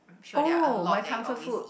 oh my comfort food